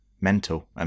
mental